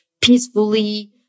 peacefully